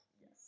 Yes